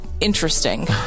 interesting